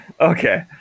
Okay